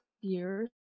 years